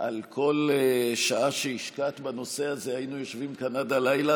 על כל שעה שהשקעת בנושא הזה היינו יושבים כאן עד הלילה,